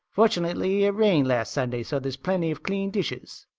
fortunately it rained last sunday, so there's plenty of clean dishes.